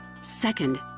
Second